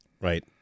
Right